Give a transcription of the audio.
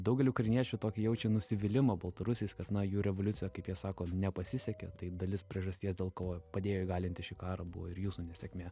daugelį ukrainiečių tokį jaučia nusivylimą baltarusiais kad na jų revoliucija kaip jie sako nepasisekė tai dalis priežasties dėl ko padėjo įgalinti šį karą buvo ir jūsų nesėkmė